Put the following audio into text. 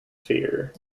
fear